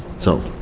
so,